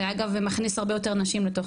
זה אגב מכניס הרבה יותר נשים לתוך